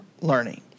learning